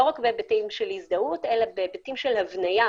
לא רק בהיבטים של הזדהות אלא בהיבטים של הבנייה,